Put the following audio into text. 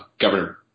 Governor